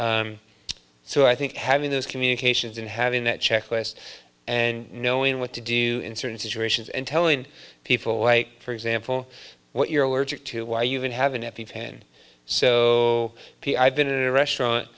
so i think having those communications and having that checklist and knowing what to do in certain situations and telling people why for example what you're allergic to why you even have an epi pen so i've been in a restaurant